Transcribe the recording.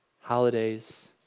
holidays